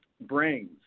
brains